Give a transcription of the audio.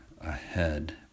ahead